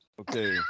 okay